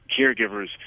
caregivers